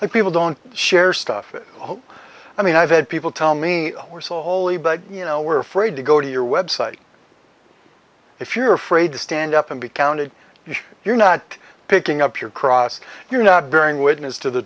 that people don't share stuff i mean i've had people tell me we're slowly but you know we're afraid to go to your website if you're afraid to stand up and be counted if you're not picking up your cross you're not bearing witness to the